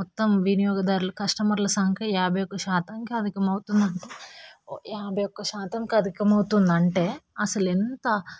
మొత్తం వినియోదారుల కస్టమర్లా సంఖ్య యాభై ఒక శాతంకి అధికం అవుతున్నది యాభై ఒకటిశాతంకి అధికమవుతుందంటే అసలు ఎంత